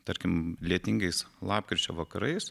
tarkim lietingais lapkričio vakarais